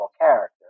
character